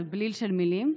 זה בליל של מילים.